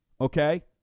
Okay